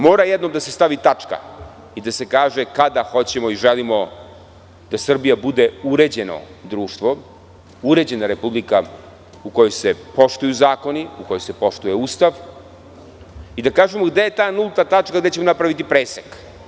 Mora jednom da se stavi tačka i da se kaže kada hoćemo i želimo da Srbija bude uređeno društvo, uređena Republika u kojoj se poštuju zakoni, u kojoj se poštuje Ustav i da kažemo gde ja ta nulta tačka gde ćemo napraviti presek?